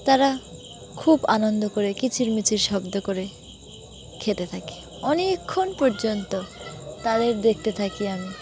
তারা খুব আনন্দ করে কিচিরমিচির শব্দ করে খেতে থাকে অনেকক্ষণ পর্যন্ত তাদের দেখতে থাকি আমি